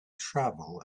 travel